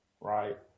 right